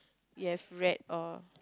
you have read or